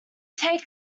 take